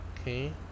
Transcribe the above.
Okay